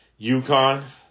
UConn